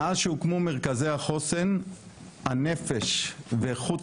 מאז שהוקמו מרכזי החוסן הנפש ואיכות